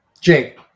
Jake